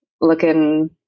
looking